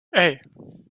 hey